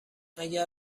اگر